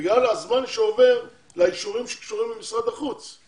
בגלל הזמן שעובר לאישורים שקשורים למשרד החוץ.